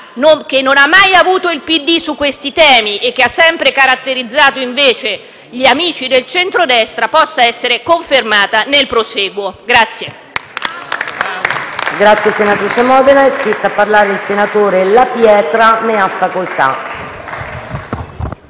che non ha mai avuto il PD su questi temi e che ha sempre caratterizzato, invece, gli amici del centrodestra possa essere confermata nel prosieguo.